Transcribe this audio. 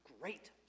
great